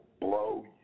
blow